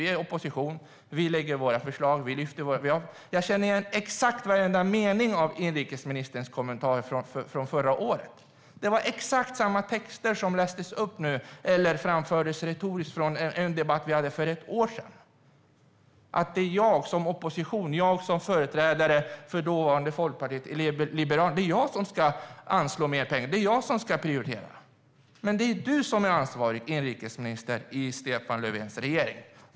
Vi är i opposition, och vi lägger fram våra förslag. Jag känner igen exakt varenda mening i inrikesministerns kommentarer, från förra året. Det var exakt samma texter som lästes upp nu och som framfördes retoriskt i en debatt som vi hade förra året: att det är jag som är i opposition och som företrädare för dåvarande Folkpartiet liberalerna som ska anslå mer pengar och prioritera. Men det är Anders Ygeman som är ansvarig inrikesminister i Stefan Löfvens regering.